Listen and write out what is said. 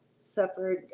suffered